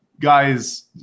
guys